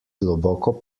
globoko